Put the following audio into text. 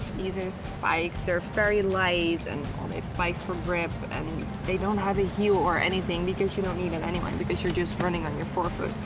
these are spikes, they're very light, and we have spikes for grip and they don't have a heel or anything because you don't need it, anyway, because you're just running on your forefoot.